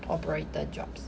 operator jobs